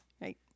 Right